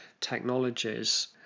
technologies